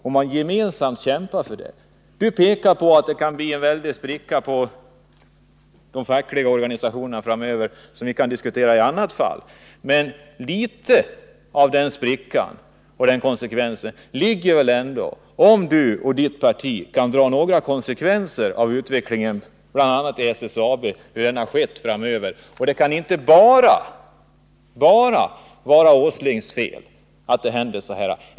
Sten-Ove Sundström pekar på att det kan bli en väldig spricka i de fackliga organisationerna — vilket vi kan diskutera i annat sammanhang — men litet av den sprickan beror väl ändå på om Sten-Ove Sundström och hans parti kan dra några konsekvenser av utvecklingen i bl.a. SSAB, hittills och framöver. Det kan inte bara vara industriminister Åslings fel att utvecklingen blir sådan.